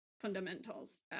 fundamentals